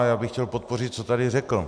Já bych chtěl podpořit, co tady řekl.